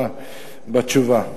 בתשובה.